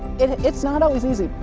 it's not always easy.